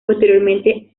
posteriormente